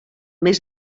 mes